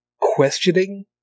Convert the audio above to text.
questioning